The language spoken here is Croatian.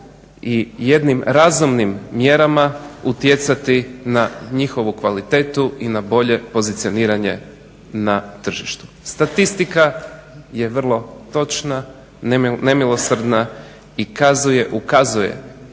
i jednim razumnim mjerama utjecati na njihovu kvalitetu i nabolje pozicioniranje na tržištu. Statistika je vrlo točna, nemilosrdna i kazuje,